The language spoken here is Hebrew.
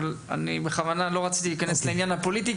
אבל בכוונה לא רציתי להיכנס לעניין הפוליטי,